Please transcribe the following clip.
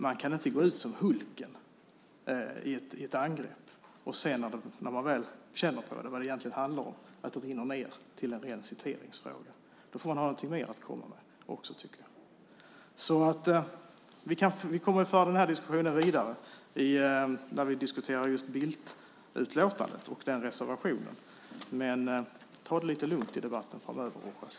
Man kan inte gå ut som Hulken i ett angrepp och sedan när man väl känner vad det handlar om låta det rinna ned till att bli en citeringsfråga. Då får man ha någonting mer att komma med också, tycker jag. Vi kommer att föra diskussionen vidare när vi diskuterar Bildtutlåtandet och den reservationen, men ta det lite lugnt i debatten framöver, Rojas!